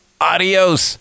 Adios